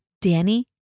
Danny